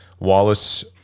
Wallace